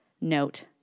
note